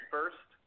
First